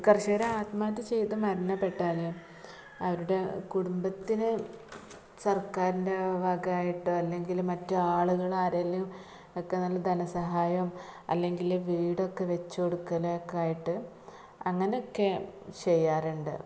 കര്ഷകർ ആത്മഹത്യ ചെയ്തു മരണപ്പെട്ടാൽ അവരുടെ കുടുംബത്തിന് സര്ക്കാരിന്റെ വകയായിട്ടോ അല്ലെങ്കിൽ മറ്റാളുകളാരെങ്കിലും ഒക്കെ നല്ല ധനസഹായവും അല്ലെങ്കിൽ വീടൊക്കെ വെച്ചു കൊടുക്കൽ ഒക്കെ ആയിട്ട് അങ്ങനെയൊക്കെ ചെയ്യാറുണ്ട്